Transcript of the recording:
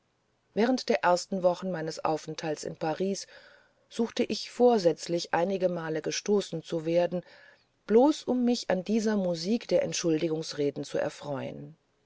während der ersten woche meines aufenthalts in paris suchte ich vorsätzlich einigemal gestoßen zu werden bloß um mich an dieser musik der entschuldigungsreden zu erfreuen